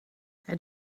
het